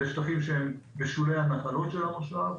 אלה שטחים שהם בשולי הנחלות של המושב.